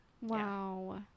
wow